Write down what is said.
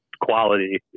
quality